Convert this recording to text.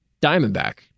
Diamondback